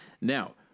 Now